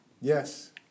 Yes